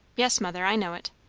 yes, mother. i know it.